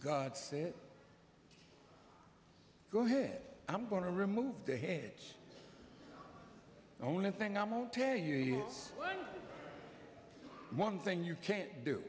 to go ahead i'm going to remove the heads only thing i won't tell you one thing you can't do